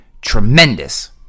tremendous